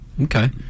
Okay